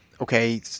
okay